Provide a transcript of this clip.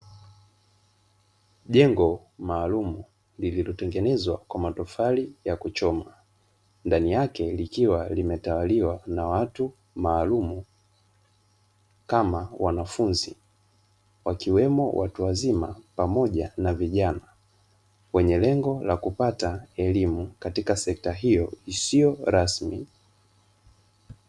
Jengo maalumu lililotengenezwa kwa matofali ya kuchoma ndani yake likiwa limetawaliwa na watu maalumu kama wanafunzi wakiwemo watu wazima pamoja na vijana wenye lengo la kupata elimu katika sekta hiyo isiyo rasmi.